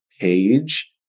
page